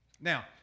Now